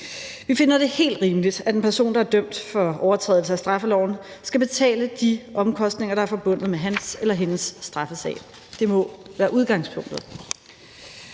Vi finder det helt rimeligt, at en person, der er dømt for overtrædelse af straffeloven, skal betale de omkostninger, der er forbundet med hans eller hendes straffesag. Det må være udgangspunktet.